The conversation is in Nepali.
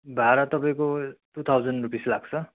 भाडा तपाईँको टु थाउजन्ड रुपिस लाग्छ